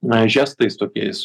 na žestais tokiais